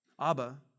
Abba